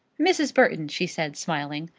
mrs. burton, she said, smiling,